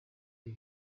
ibi